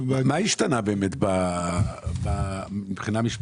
מה השתנה מבחינה משפטית?